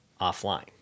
offline